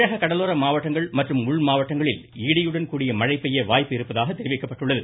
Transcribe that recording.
தமிழக கடலோர மாவட்டங்கள் மற்றும் உள் மாவட்டங்களில் இடியுடன் கூடிய மழை பெய்ய வாய்ப்பிருப்பதாக தெரிவிக்கப்பட்டுள்ளது